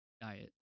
diet